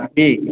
जी